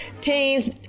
teens